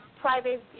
private